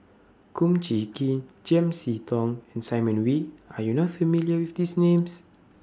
Kum Chee Kin Chiam See Tong and Simon Wee Are YOU not familiar with These Names